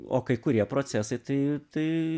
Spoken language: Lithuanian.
o kai kurie procesai tai